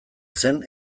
zen